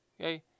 Okay